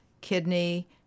kidney